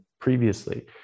previously